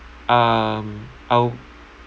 um I'll